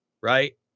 right